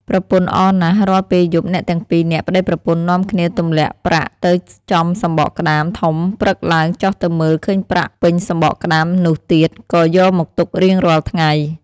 ប្រពន្ធអរណាស់រាល់ពេលយប់អ្នកទាំងពីរនាក់ប្ដីប្រពន្ធនាំគ្នាទម្លាក់ប្រាក់ទៅចំសំបកក្ដាមធំព្រឹកឡើងចុះទៅមើលឃើញប្រាក់ពេញសំបកក្ដាមនោះទៀត ក៏យកមកទុករៀងរាល់ថ្ងៃ ។